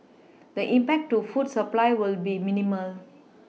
the impact to food supply will be minimal